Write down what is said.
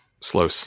slow